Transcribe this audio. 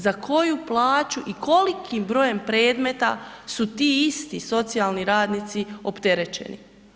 Za koju plaću i kolikim brojem predmeta su ti isti socijalni radnici opterećeni?